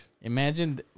Imagine